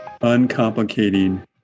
uncomplicating